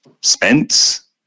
Spence